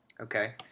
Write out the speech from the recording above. Okay